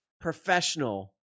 professional